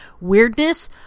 weirdness